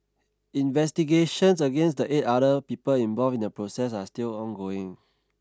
investigations against the eight other people involved in the protest are still ongoing